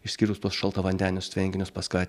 išskyrus tuos šaltavandenius tvenkinius pas ką